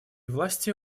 власти